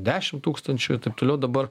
dešim tūkstančių i taip toliau dabar